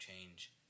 change